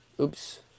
Oops